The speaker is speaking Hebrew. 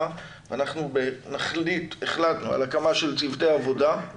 לכל נכי צה"ל